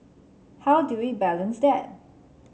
how do we balance that